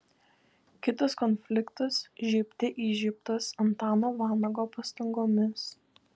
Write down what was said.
kitas konfliktas žiebte įžiebtas antano vanago pastangomis